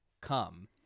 come